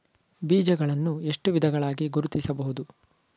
ಬೀಜಗಳನ್ನು ಎಷ್ಟು ವಿಧಗಳಾಗಿ ಗುರುತಿಸಬಹುದು?